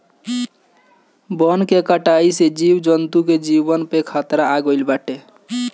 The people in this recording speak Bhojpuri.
वन के कटाई से जीव जंतु के जीवन पे खतरा आगईल बाटे